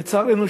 לצערנו,